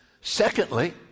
Secondly